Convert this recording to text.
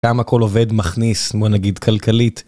כמה הכל עובד מכניס, בוא נגיד, כלכלית.